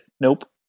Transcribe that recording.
Nope